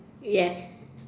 yes